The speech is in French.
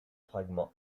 fragments